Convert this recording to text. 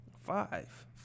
Five